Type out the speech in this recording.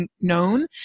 known